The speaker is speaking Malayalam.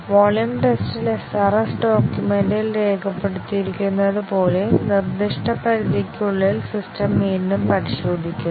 വോളിയം ടെസ്റ്റിൽ SRS ഡോക്യുമെന്റിൽ രേഖപ്പെടുത്തിയിരിക്കുന്നതുപോലെ നിർദ്ദിഷ്ട പരിധിക്കുള്ളിൽ സിസ്റ്റം വീണ്ടും പരിശോധിക്കുന്നു